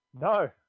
No